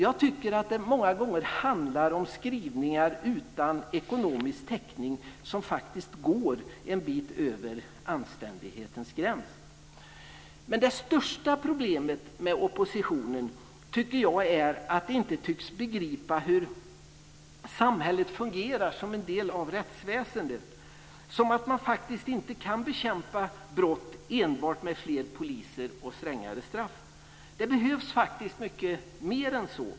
Jag tycker att det många gånger handlar om skrivningar utan ekonomisk täckning som faktiskt går en bit över anständighetens gräns. Men det största problemet med oppositionen är att den inte tycks begripa hur samhället fungerar, som en del av rättsväsendet. Man kan faktiskt inte bekämpa brott enbart med fler poliser och strängare straff. Det behövs mycket mer än så.